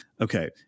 Okay